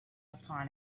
upon